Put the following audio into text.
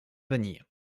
vanille